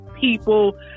people